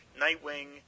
Nightwing